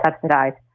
subsidized